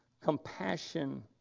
compassion